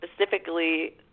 specifically